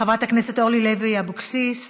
חברת הכנסת אורלי לוי אבקסיס,